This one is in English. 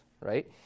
right